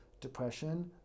Depression